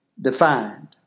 defined